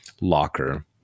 locker